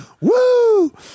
Woo